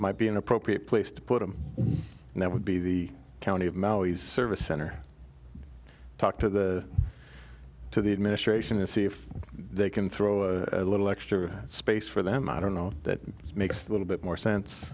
might be an appropriate place to put them and that would be the county of maui's service center talk to the to the administration to see if they can throw a little extra space for them i don't know that makes a little bit more sense